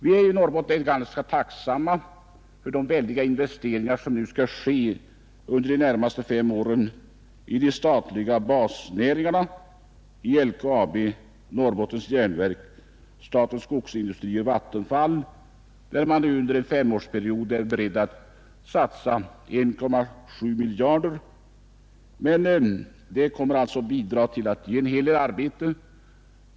Vi är i Norrbotten ganska tacksamma för de väldiga investeringar som skall göras i de statliga basnäringarna — LKAB, Norrbottens järnverk, Statens skogsindustrier och Vattenfall — där man under en femårsperiod är beredd att satsa 1,7 miljarder kronor. Det kommer att ge en hel del arbete.